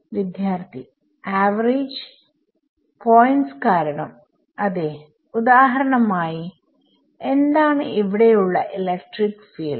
വിദ്യാർത്ഥി average points കാരണം അതെ ഉദാഹരണം ആയി എന്താണ് ഇവിടെ ഉള്ള ഇലക്ട്രിക് ഫീൽഡ്